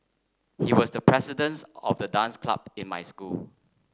he was the presidents of the dance club in my school